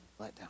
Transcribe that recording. letdown